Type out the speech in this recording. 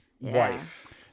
wife